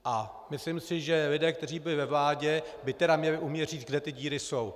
A myslím si, že lidé, kteří byli ve vládě, by tedy měli umět říct, kde ty díry jsou.